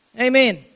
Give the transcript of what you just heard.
Amen